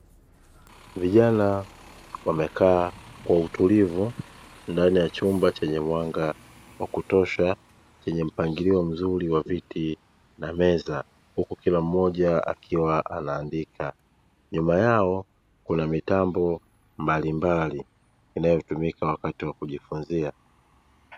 Vijana wamekaa kwa utulivu ndani ya chumba chenye mwanga wa kutosha, chenye mpangilio mzuri wa viti na meza. Huku kila mmoja akiwa anaandika, nyuma yao, kuna mitambo mbalimbali, inayo tumika wakati wa kujifunzia.